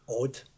odd